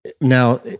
now